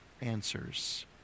answers